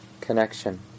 connection